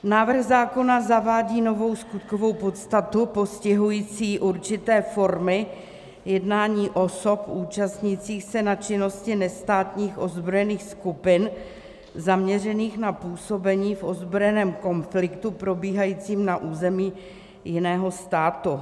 Návrh zákona zavádí novou skutkovou podstatu postihující určité formy jednání osob účastnících se na činnosti nestátních ozbrojených skupin zaměřených na působení v ozbrojeném konfliktu probíhajícím na území jiného státu.